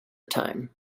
time